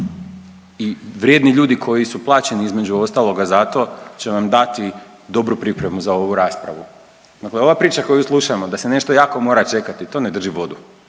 i vrijedni ljudi koji su plaćeni između ostaloga za to će vam dati dobru pripremu za ovu raspravu. Dakle, ova priča koju slušamo da se nešto jako mora čekati to ne drži vodu,